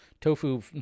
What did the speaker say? Tofu